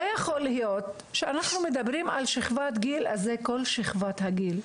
לא ייתכן שאם אנחנו מדברים על שכבת גיל אז זה כל שכבת הגיל,